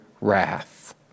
wrath